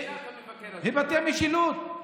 "היבטי המשילות".